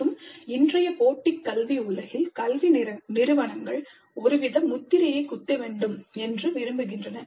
மற்றும் இன்றைய போட்டி கல்வி உலகில் கல்வி நிறுவனங்கள் ஒரு வித முத்திரையை குத்த வேண்டும் என விரும்புகின்றன